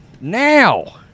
now